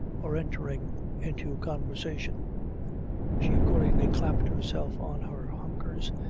or entering into conversation she accordingly clapped herself on her hunkers,